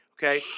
Okay